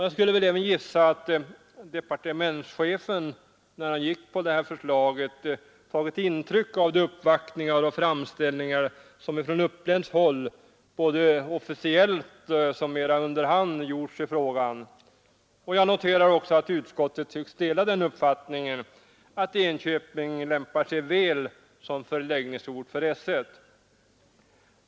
Jag skulle även gissa att departementschefen när han gick på det förslaget har tagit intryck av de uppvaktningar och framställningar som från uppländskt håll, såväl officiellt som mera under hand, har gjorts i frågan. Jag noterar också att utskottet tycks dela den uppfattningen att Enköping lämpar sig väl som förläggningsort för S 1.